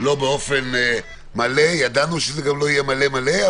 לא באופן מלא וידענו שהוא גם לא יהיה מלא מלא,